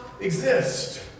exist